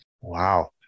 Wow